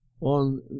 on